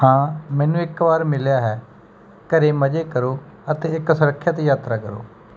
ਹਾਂ ਮੈਨੂੰ ਇਹ ਇੱਕ ਵਾਰ ਮਿਲਿਆ ਹੈ ਘਰੇ ਮਜ਼ੇ ਕਰੋ ਅਤੇ ਇੱਕ ਸੁਰੱਖਿਅਤ ਯਾਤਰਾ ਕਰੋ